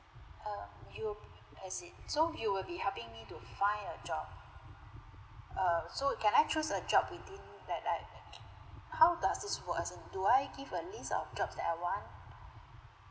um you as in so you will be helping me to find a job err so can I choose a job within that like how does this work as in do I give a list of job that I want